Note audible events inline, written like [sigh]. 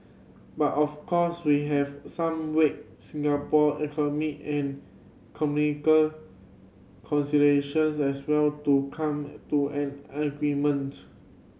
but of course we have some weigh Singapore economic and [unintelligible] considerations as well to come to an agreement